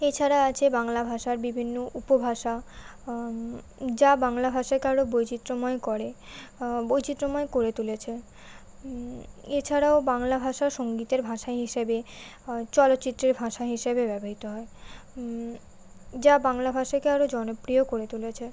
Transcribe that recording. এছাড়া আছে বাংলা ভাষার বিভিন্ন উপভাষা যা বাংলা ভাষাকে আরও বৈচিত্র্যময় করে বৈচিত্র্যময় করে তুলেছে এছাড়াও বাংলা ভাষা সঙ্গীতের ভাষা হিসেবে চলচ্চিত্রের ভাষা হিসেবে ব্যবহৃত হয় যা বাংলা ভাষাকে আরও জনপ্রিয় করে তুলেছে